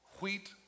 Wheat